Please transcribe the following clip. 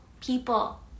people